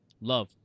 Love